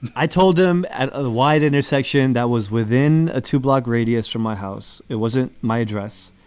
and i told him at ah the white intersection that was within a two block radius from my house. it wasn't my address,